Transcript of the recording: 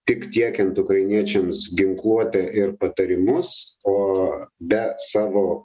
tik tiekiant ukrainiečiams ginkluotę ir patarimus o be savo